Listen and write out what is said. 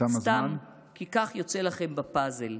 סתם כי כך יוצא לכם בפאזל.